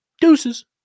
deuces